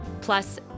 Plus